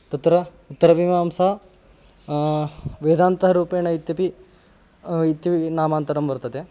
तत्र उत्तरवीमांसा वेदान्तरूपेण इत्यपि इत्यपि नामान्तरं वर्तते